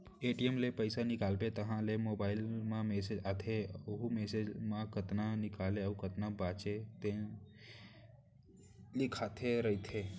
ATM ले पइसा निकालबे तहाँ ले मोबाईल म मेसेज आथे वहूँ मेसेज म कतना निकाले अउ कतना बाचे हे तेन लिखाए रहिथे